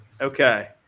Okay